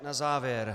Na závěr.